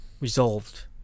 resolved